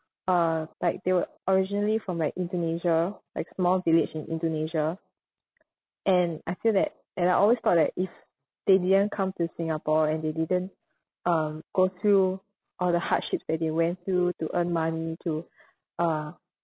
uh like they were originally from like indonesia like small village in indonesia and I feel that and I always thought that if they didn't come to singapore and they didn't um go through all the hardships that they went through to earn money to uh